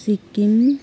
Sikkim